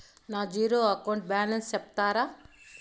నా zero account balance సెప్తారా?